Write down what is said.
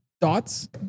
dots